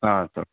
ஆ sir